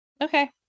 Okay